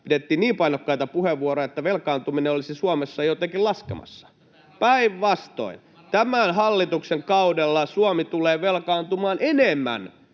pidettiin niin painokkaita puheenvuoroja, että velkaantuminen olisi Suomessa jotenkin laskemassa. [Timo Heinosen välihuuto] Päinvastoin: tämän hallituksen kaudella Suomi tulee velkaantumaan enemmän